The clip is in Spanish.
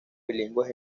bilingües